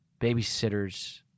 Babysitters